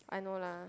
I know lah